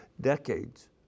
decades